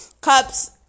Cups